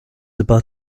about